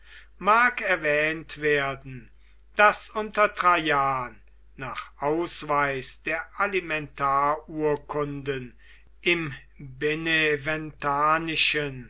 mag erwähnt werden daß unter traian nach ausweis der alimentarurkunden im